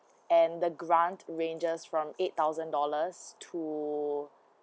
and the grant ranges from eight thousand dollars to